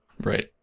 Right